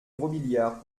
robiliard